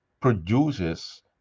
produces